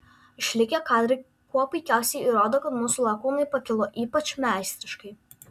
išlikę kadrai kuo puikiausiai įrodo kad mūsų lakūnai pakilo ypač meistriškai